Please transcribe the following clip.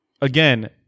again